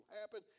happen